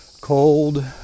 cold